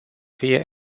fie